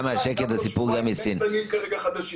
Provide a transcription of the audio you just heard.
אין כרגע זנים חדשים.